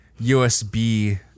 USB